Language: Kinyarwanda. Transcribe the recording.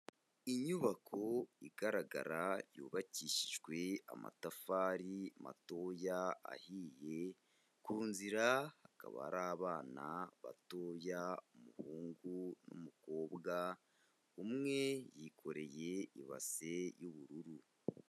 Inyubako igaragara yubakishijwe amatafari matoya ahiye, ku nzira hakaba hari abana batoya umuhungu n'umukobwa, umwe yikoreye ibasi y'ubururu.